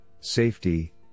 safety